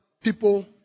people